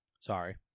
Sorry